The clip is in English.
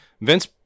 vince